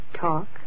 Talk